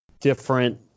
different